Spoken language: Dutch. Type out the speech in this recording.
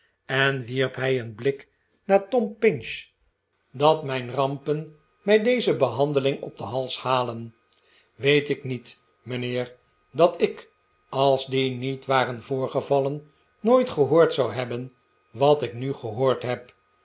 en wierp hij een blik naar tom pinch dat mijn rampen mij deze behandeling op den hals halen weet ik niet mijnheer dat ik als die niet waren voorgevallen nooit gehoord zou hebben wat ik nu gehoord heb